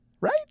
Right